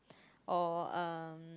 or um